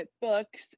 books